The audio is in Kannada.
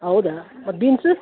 ಹೌದಾ ಮತ್ತು ಬೀನ್ಸ